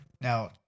now